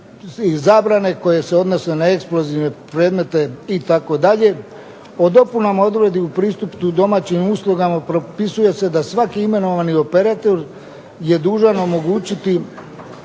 zabrane koje se odnose na eksplozivne predmete itd. O dopunama odredbi u pristupu domaćim uslugama propisuje se da svaki imenovani operater je dužan omogućiti